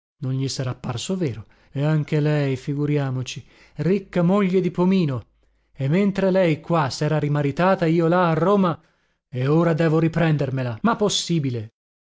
non gli sarà parso vero e anche lei figuriamoci ricca moglie di pomino e mentre lei qua sera rimaritata io là a roma e ora devo riprendermela ma possibile